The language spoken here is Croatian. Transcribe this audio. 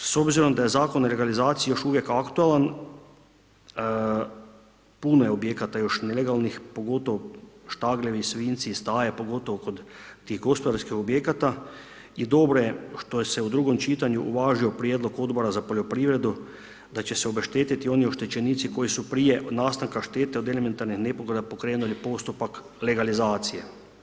S obzirom da je Zakon o legalizaciji još uvijek aktualan, puno je objekata još nelegalnih pogotovo štagljevi, svinjci, staje, pogotovo kod tih gospodarskih objekata i dobro je što je se u drugom čitanju uvažio prijedlog Odbora za poljoprivredu da će se obeštetiti oni oštećenici koji su prije nastanka štete od elementarnih nepogoda pokrenuli postupak legalizacije.